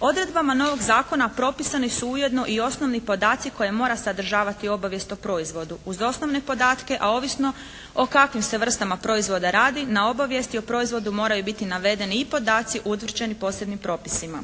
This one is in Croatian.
Odredbama novog zakona propisani su ujedno i osnovni podaci koje mora sadržavati obavijest o proizvodu uz osnovne podatke, a ovisno o kakvim se vrstama proizvoda radi, na obavijesti o proizvodu moraju biti navedeni i podaci utvrđeni posebnim propisima.